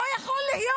לא יכול להיות.